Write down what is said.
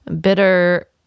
bitter